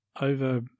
over